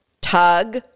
tug